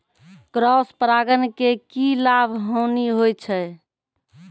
Cross परागण के की लाभ, हानि होय छै?